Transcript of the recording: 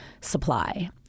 supply